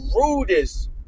rudest